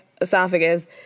esophagus